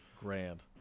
grand